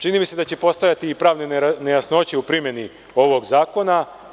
Čini mi se da će postojati i pravne nejasnoće u primeni ovog zakona.